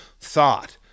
thought